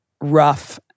rough